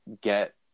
get